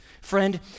Friend